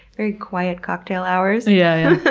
very quiet cocktail hours. yeah.